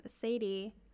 Sadie